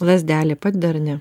lazdelė pan derni